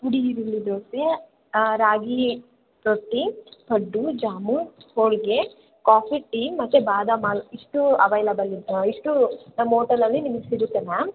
ಪುಡಿ ಈರುಳ್ಳಿ dosa ragi roti paddu jamun holige coffee tea ಮತ್ತು ಬಾದಾಮಿ ಹಾಲ್ ಇಷ್ಟು ಅವೈಲಬಲ್ ಇದೆ ಇಷ್ಟು ನಮ್ಮ ಓಟಲಲ್ಲಿ ನಿಮಿಗೆ ಸಿಗುತ್ತೆ ಮ್ಯಾಮ್